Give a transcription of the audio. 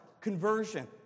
conversion